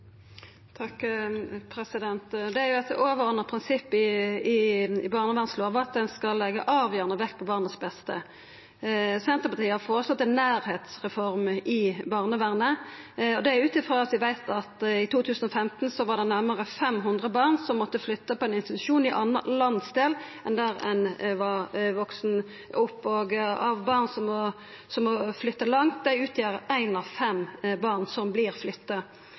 Det er jo eit overordna prinsipp i barnevernslova at ein skal leggja avgjerande vekt på barnets beste. Senterpartiet har føreslått ei nærleiksreform i barnevernet, og det er ut frå at vi veit at i 2015 var det nærmare 500 barn som måtte flytta på ein institusjon i ein annan landsdel enn der ein hadde vakse opp, og av dei barna som må flytta, er det eitt av fem barn som må flytta langt. Årsaka til at ein del barn